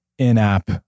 in-app